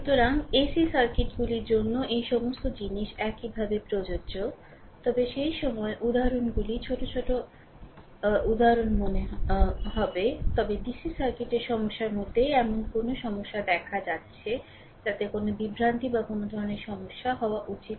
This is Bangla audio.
সুতরাং এসি সার্কিটগুলির জন্য এই সমস্ত জিনিস একইভাবে প্রযোজ্য তবে সেই সময়ে উদাহরণগুলি ছোট ছোট উদাহরণগুলি কম হবে তবে ডিসি সার্কিটের সমস্যার মধ্যে এমন কোনও সমস্যা দেখা যাচ্ছে যাতে কোনও বিভ্রান্তি বা কোনও ধরণের সমস্যা না হওয়া উচিত